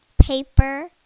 paper